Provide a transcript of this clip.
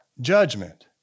judgment